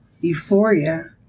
euphoria